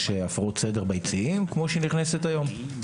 הפרות סדר ביציעים כפי שהיא נכנסת היום.